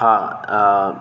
हां आं